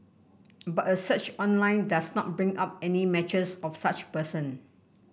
but a search online does not bring up any matches of such person